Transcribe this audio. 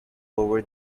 over